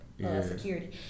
security